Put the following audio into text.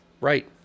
Right